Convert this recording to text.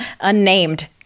unnamed